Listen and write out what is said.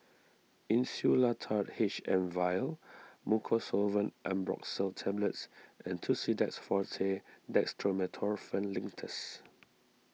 Insulatard H M Vial Mucosolvan Ambroxol Tablets and Tussidex forte Dextromethorphan Linctus